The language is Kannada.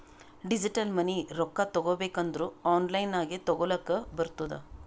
ಡಿಜಿಟಲ್ ಮನಿ ರೊಕ್ಕಾ ತಗೋಬೇಕ್ ಅಂದುರ್ ಆನ್ಲೈನ್ ನಾಗೆ ತಗೋಲಕ್ ಬರ್ತುದ್